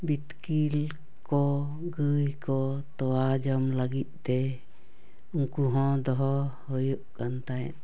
ᱵᱤᱛᱠᱤᱞ ᱠᱚ ᱜᱟᱹᱭ ᱠᱚ ᱛᱳᱣᱟ ᱡᱚᱢ ᱞᱟᱹᱜᱤᱫᱛᱮ ᱩᱱᱠᱩᱦᱚᱸ ᱫᱚᱦᱚ ᱦᱩᱭᱩᱜ ᱠᱟᱱ ᱛᱟᱦᱮᱫ